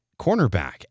cornerback